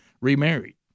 remarried